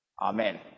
Amen